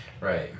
Right